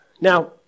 Now